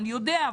אני יודע,